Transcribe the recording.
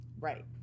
Right